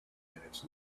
minutes